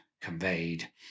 conveyed